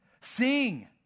sing